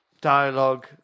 dialogue